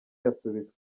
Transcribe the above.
yasubitswe